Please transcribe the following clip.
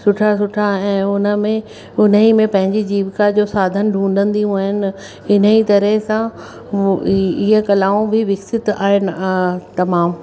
सुठा सुठा ऐं हुन में हुन ई में पंहिंजी जीविका जो साधन ढूंढंदियूं आहिनि इन ई तरह सां इहे कलाऊं बि विकसित आहिनि तमामु